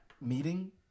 meeting